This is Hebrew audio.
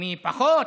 מי פחות.